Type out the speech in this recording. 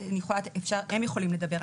אז אני יכולה, אפשר, הם יכולים לדבר.